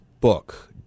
book